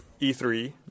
E3